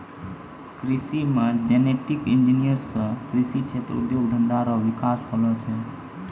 कृषि मे genetic engineer से कृषि क्षेत्र उद्योग धंधा रो विकास होलो छै